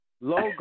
logo